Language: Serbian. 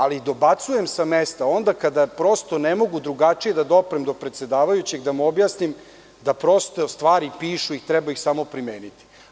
Ali, dobacujem s mesta onda kada prosto ne mogu drugačije da doprem do predsedavajućeg, da mu objasnim da prosto stvari pišu i treba ih samo primeniti.